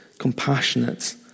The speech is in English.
compassionate